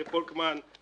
פולקמן,